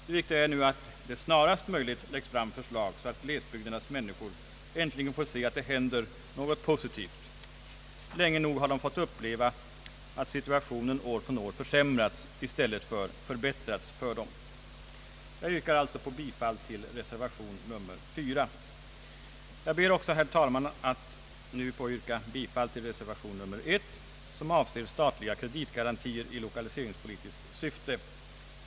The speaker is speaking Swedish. Det viktiga är nu att det snarast möjligt läggs fram förslag, så att glesbygdernas människor äntligen får se att det händer någonting positivt. Länge nog har de fått uppleva att situationen år från år försämrats i stället för förbättrats för dem. Jag yrkar därför bifall till reservation 4. Jag ber också, herr talman, att få yrka bifall till reservation nr 1, som avser statliga kreditgarantier i lokaliseringspolitiskt syfte.